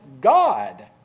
God